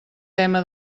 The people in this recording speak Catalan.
tema